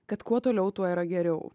kad kuo toliau tuo yra geriau